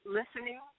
listening